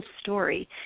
story